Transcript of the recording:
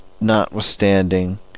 notwithstanding